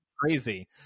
crazy